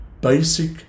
basic